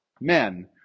men